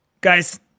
guys